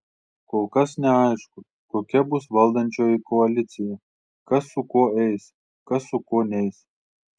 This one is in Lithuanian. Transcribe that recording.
kol kas neaišku kokia bus valdančioji koalicija kas su kuo eis kas su kuo neis